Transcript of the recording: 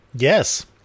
Yes